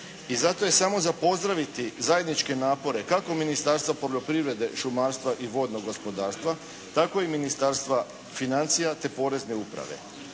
i zato je samo za pozdraviti zajedničke napore kako Ministarstva poljoprivrede, šumarstva i vodnog gospodarstva, tako i Ministarstva financija te porezne uprave.